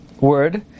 word